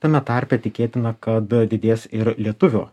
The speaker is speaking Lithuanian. tame tarpe tikėtina kad didės ir lietuvių